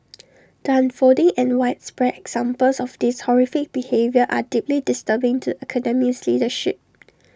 the unfolding and widespread examples of this horrific behaviour are deeply disturbing to the Academy's leadership